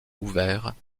ouverts